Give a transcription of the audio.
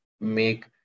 make